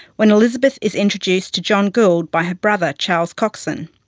when elizabeth is introduced to john gould by her brother charles coxen,